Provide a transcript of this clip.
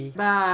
Bye